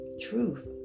truth